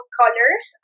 colors